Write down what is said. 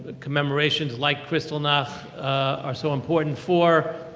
ah commemorations like kristallnacht are so important for.